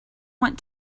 want